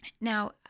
Now